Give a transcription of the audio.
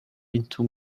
into